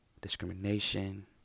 Discrimination